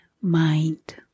mind